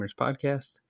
podcast